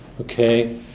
Okay